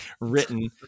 written